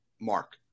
Mark